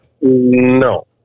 no